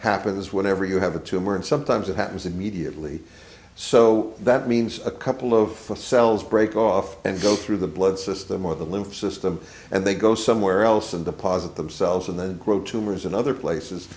happens whenever you have a tumor and sometimes it happens immediately so that means a couple of the cells break off and go through the blood system or the lymph system and they go somewhere else and deposit themselves and then grow tumors in other places